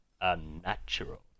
unnatural